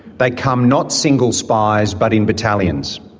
they come not single spies but in battalions.